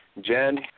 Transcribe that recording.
Jen